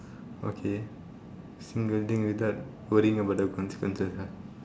okay single thing without worrying about the consequences ah